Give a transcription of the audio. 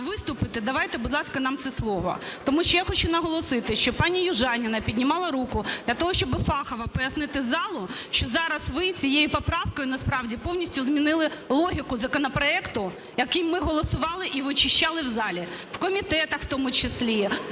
виступити, давайте, будь ласка, нам це слово. Тому що я хочу наголосити, що пані Южаніна піднімала руку для того, щоб фахово пояснити залу, що зараз ви цією поправкою насправді повністю змінили логіку законопроекту, який ми голосували і вичищали в залі, в комітетах в тому числі,